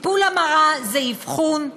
טיפול המרה זה אבחון,